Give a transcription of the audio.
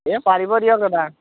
এই পাৰিব দিয়ক দাদা